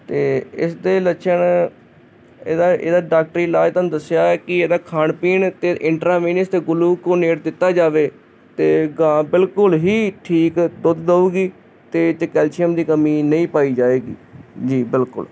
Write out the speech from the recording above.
ਅਤੇ ਇਸ ਦੇ ਲੱਛਣ ਇਹਦਾ ਇਹਦਾ ਡਾਕਟਰੀ ਇਲਾਜ ਤੁਹਾਨੂੰ ਦੱਸਿਆ ਹੈ ਕਿ ਇਹਦਾ ਖਾਣ ਪੀਣ 'ਤੇ ਇੰਟਰਰਾਮੀਨਸ ਅਤੇ ਗੁਲੂਕੋਨੇਟ ਦਿੱਤਾ ਜਾਵੇ ਅਤੇ ਗਾਂ ਬਿਲਕੁਲ ਹੀ ਠੀਕ ਦੁੱਧ ਦੇਵੇਗੀ ਅਤੇ ਅਤੇ ਕੈਲਸ਼ੀਅਮ ਦੀ ਕਮੀ ਨਹੀਂ ਪਾਈ ਜਾਵੇਗੀ ਜੀ ਬਿਲਕੁਲ